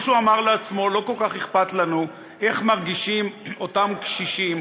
או שהוא אמר לעצמו: לא כל כך אכפת לנו איך מרגישים אותם קשישים,